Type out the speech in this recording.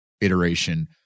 iteration